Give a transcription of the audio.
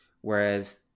Whereas